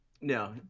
no